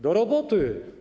Do roboty.